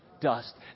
dust